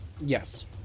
Yes